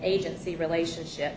agency relationship